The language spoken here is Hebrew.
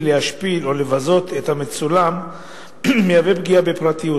להשפיל או לבזות את המצולם מהווה פגיעה בפרטיות,